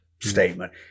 statement